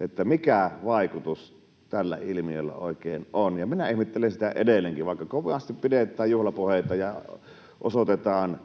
että mikä vaikutus tällä ilmiöllä oikein on. Ja minä ihmettelen sitä edelleenkin. Vaikka kovasti pidetään juhlapuheita ja osoitetaan